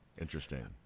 Interesting